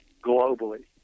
globally